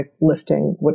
lifting